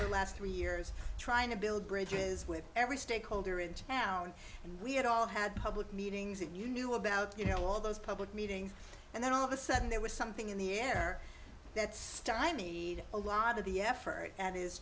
the last three years trying to build bridges with every stakeholder in town and we had all had public meetings that you knew about you know all those public meetings and then all of a sudden there was something in the air that stymied a lot of the effort and i